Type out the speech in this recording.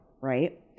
Right